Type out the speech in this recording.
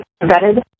vetted